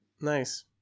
Nice